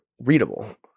readable